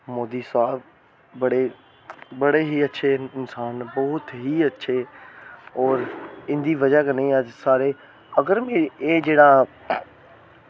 मोदी साह्ब बड़े ही अच्छे बहुत ई अच्छे इन्सान न होर इंदी बजह कन्नै गै अज्ज सारे अगर एह् जेह्ड़ा